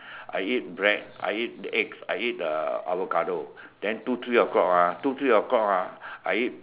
I eat bread I eat eggs I eat uh avocado then two three o'clock ah two three o'clock ah I eat